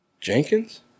Jenkins